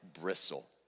bristle